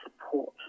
support